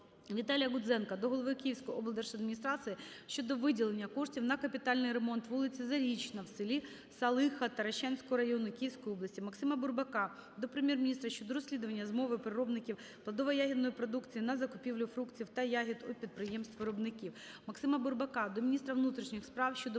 Віталія Гудзенка до голови Київської облдержадміністрації щодо виділення коштів на капітальний ремонт вулиці Зарічна в селі Салиха Таращанського району Київської області. Максима Бурбака до Прем'єр-міністра щодо розслідування змови переробників плодово-ягідної продукції на закупівлю фруктів та ягід у підприємств-виробників. Максима Бурбака до міністра внутрішніх справ щодо